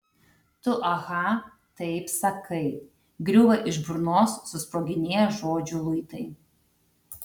tu aha taip sakai griūva iš burnos susproginėję žodžių luitai